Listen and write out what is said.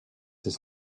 his